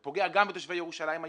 זה פוגע גם בתושבי ירושלים היהודים,